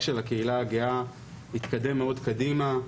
של הקהילה הגאה התקדם מאוד קדימה,